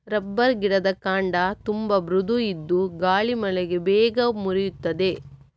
rubber ಗಿಡದ ಕಾಂಡ ತುಂಬಾ ಮೃದು ಇದ್ದು ಗಾಳಿ ಮಳೆಗೆ ಬೇಗ ಮುರೀತದೆ